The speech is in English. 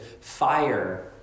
fire